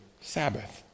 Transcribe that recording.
Sabbath